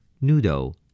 Noodle